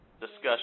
discussion